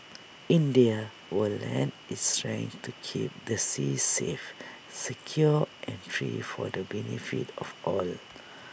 India will lend its strength to keep the seas safe secure and free for the benefit of all